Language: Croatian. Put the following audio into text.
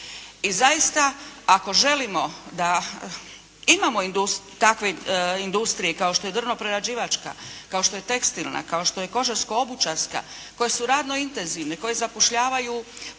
I zaista, ako želimo da imamo takve industrije kao što je drvno-prerađivačka, kao što je tekstilna, kao što je kožarsko-obućarska koje su radno intenzivne, koje zapošljavaju